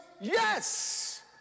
yes